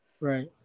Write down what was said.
Right